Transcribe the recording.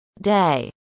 day